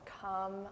come